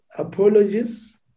Apologies